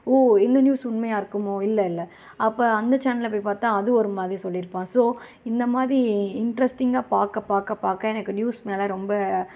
ஓ இந்த நியூஸ் உண்மையாக இருக்குமோ இல்லல்ல அப்போ அந்த சேனல்ல போய் பார்த்தா அது ஒருமாதிரி சொல்லியிருப்பான் ஸோ இந்தமாதிரி இண்ட்ரஸ்ட்டிங்காக பார்க்க பார்க்க பார்க்க எனக்கு நியூஸ் மேலே ரொம்ப